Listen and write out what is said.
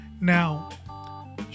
now